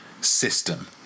system